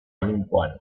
olinpoan